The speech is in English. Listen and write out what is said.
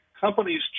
companies